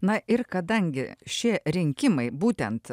na ir kadangi šie rinkimai būtent